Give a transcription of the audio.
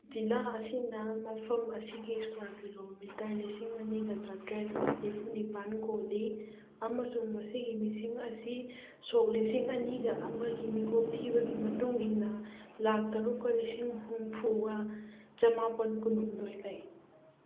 ꯖꯤꯂꯥ ꯑꯁꯤꯅ ꯃꯐꯝ ꯑꯁꯤꯒꯤ ꯏꯁꯀ꯭ꯋꯥꯔ ꯀꯤꯂꯣꯃꯤꯇꯔ ꯂꯤꯁꯤꯡ ꯑꯅꯤꯒ ꯆꯥꯇꯔꯦꯠ ꯅꯤꯐꯨ ꯅꯤꯄꯥꯜ ꯀꯣꯜꯂꯤ ꯑꯃꯁꯨ ꯃꯁꯤꯒꯤ ꯃꯤꯁꯤꯡ ꯑꯁꯤ ꯁꯣꯛ ꯂꯤꯁꯤꯡ ꯑꯅꯤꯒ ꯑꯃꯒꯤ ꯃꯤꯀꯣꯛ ꯊꯤꯕꯒꯤ ꯃꯇꯨꯡꯏꯟꯅ ꯂꯥꯈ ꯇꯔꯨꯛꯀ ꯂꯤꯁꯤꯡ ꯍꯨꯝꯐꯨꯒ ꯆꯃꯥꯄꯜ ꯀꯨꯟꯍꯨꯝꯗꯣꯏ ꯂꯩ